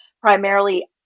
primarily